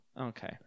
Okay